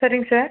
சரிங்க சார்